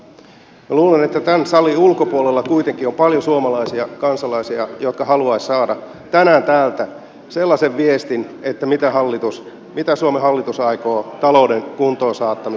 minä luulen että tämän salin ulkopuolella kuitenkin on paljon suomalaisia kansalaisia jotka haluaisivat saada tänään täältä viestin siitä mitä suomen hallitus aikoo talouden kuntoon saattamiseksi tehdä